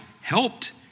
helped